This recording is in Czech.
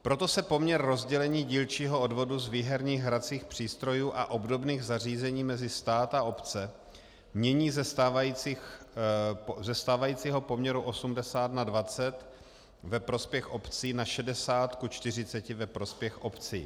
Proto se poměr rozdělení dílčího odvodu z výherních hracích přístrojů a obdobných zařízení mezi stát a obce mění ze stávajícího poměru 80 na 20 ve prospěch obcí na 60 : 40 ve prospěch obcí.